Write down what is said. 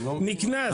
נקנס.